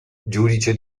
giudice